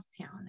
town